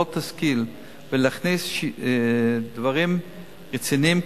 לא תשכיל להכניס דברים רציניים,